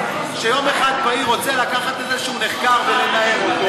שיום בהיר אחד רוצה לקחת איזשהו נחקר ולנער אותו